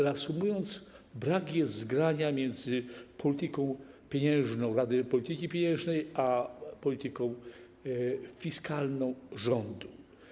Reasumując: brak jest zgrania między polityką pieniężną Rady Polityki Pieniężnej a polityką fiskalną rządu.